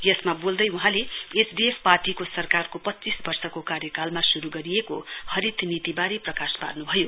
यसमा बोल्दै वहाँले एसडिएफ पार्टीको सरकारको पञ्चीस वर्षको कार्यकालमा शुरू गरिएको हरित नीतिबारे प्रकाश पार्नुभयो